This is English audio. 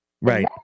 Right